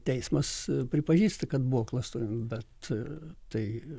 teismas pripažįsta kad buvo klastojama bet ir tai